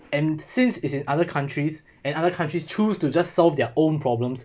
and since it's in other countries and other countries choose to just solve their own problems